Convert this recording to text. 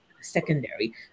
secondary